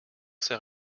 sais